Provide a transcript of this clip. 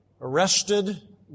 arrested